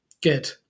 good